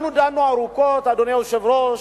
אנחנו דנו ארוכות, אדוני היושב-ראש,